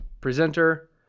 presenter